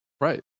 Right